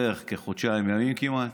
בערך כחודשיים ימים כמעט,